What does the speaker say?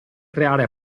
creare